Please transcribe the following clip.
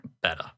better